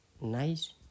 nice